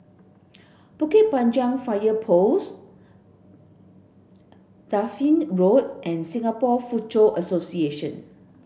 Bukit Panjang Fire Post Dafne Road and Singapore Foochow Association